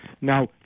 Now